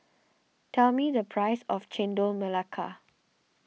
tell me the price of Chendol Melaka